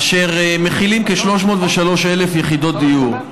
אשר מכילים כ-303,000 יחידות דיור.